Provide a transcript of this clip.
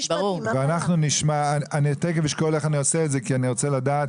אני תיכף אשקול איך אני עושה את זה כי אני רוצה לדעת